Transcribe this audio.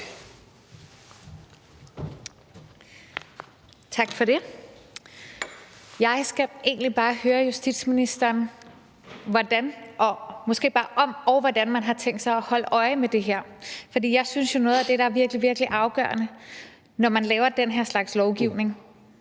Tak for det. Jeg skal egentlig bare høre justitsministeren, om man har tænkt sig at holde øje med det her, og hvordan. For jeg synes jo, at noget af det, der er virkelig, virkelig afgørende, når man laver den her slags lovgivning,